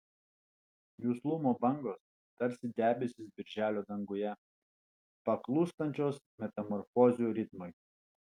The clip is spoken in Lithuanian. juslumo bangos tarsi debesys birželio danguje paklūstančios metamorfozių ritmui